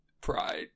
pride